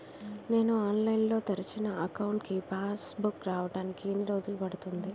నేను ఆన్లైన్ లో తెరిచిన అకౌంట్ కి పాస్ బుక్ రావడానికి ఎన్ని రోజులు పడుతుంది?